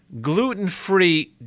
gluten-free